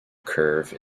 curve